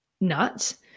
nuts